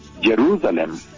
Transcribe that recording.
Jerusalem